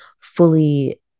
fully